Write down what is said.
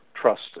trust